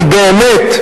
אני באמת,